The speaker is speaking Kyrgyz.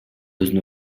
өзүн